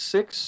Six